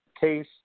case